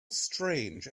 strange